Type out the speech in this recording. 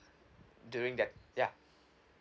during that ya